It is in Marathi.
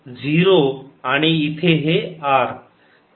तर 0 आणि इथे हे R